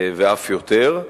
ואף יותר,